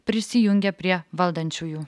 prisijungė prie valdančiųjų